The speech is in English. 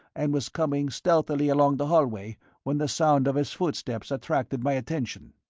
and was coming stealthily along the hallway when the sound of his footsteps attracted my attention.